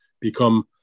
become